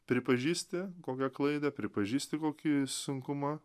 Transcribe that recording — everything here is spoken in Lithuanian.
pripažįsti kokią klaidą pripažįsti kokį sunkumą